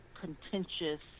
contentious